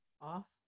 Off